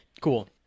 Cool